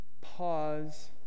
Pause